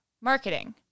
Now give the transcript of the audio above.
marketing